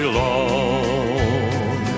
long